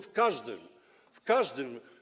W każdym, w każdym.